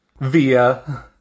via